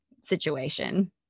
situation